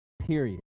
period